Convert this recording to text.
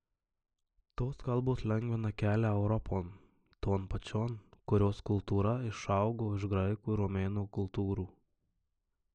tos kalbos lengvina kelią europon ton pačion kurios kultūra išaugo iš graikų ir romėnų kultūrų